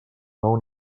nou